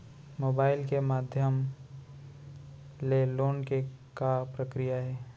Mobile के माधयम ले लोन के का प्रक्रिया हे?